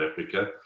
Africa